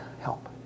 help